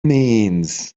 means